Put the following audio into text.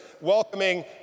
welcoming